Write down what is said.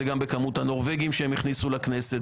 זה גם בכמות הנורבגים שהם הכניסו לכנסת,